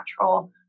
natural